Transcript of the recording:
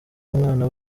umwana